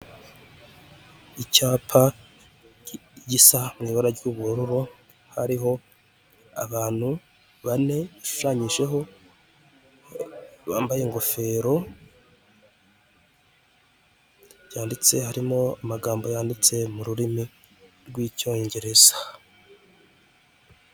Icyapa gisa mu ibara ry'ubururu, hariho abantu bane bashushanyijeho, bambaye ingofero yanditse harimo amagambo yanditse mu rurimi rw'icyongereza.